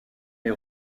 les